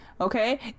okay